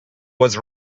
was